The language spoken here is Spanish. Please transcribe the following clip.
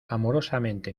amorosamente